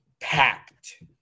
packed